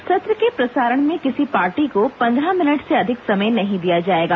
एक सत्र के प्रसारण में किसी पार्टी को पंद्रह मिनट से अधिक समय नहीं दिया जायेगा